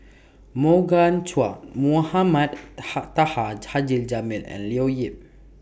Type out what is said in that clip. Morgan Chua Mohamed Taha Haji Jamil and Leo Yip